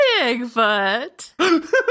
Bigfoot